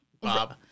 Bob